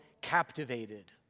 captivated